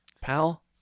Pal